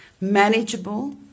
manageable